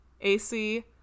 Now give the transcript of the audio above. AC